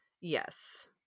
yes